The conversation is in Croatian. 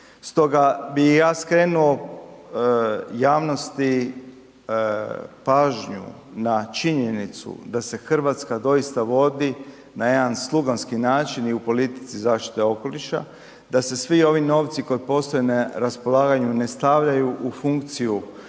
Stoga bih ja skrenuo javnosti pažnju na činjenicu da se Hrvatska doista vodi na jedan sluganski način i u politici zaštite okoliša, da se svi ovi novci koji postoje na raspolaganju ne stavljaju u funkciju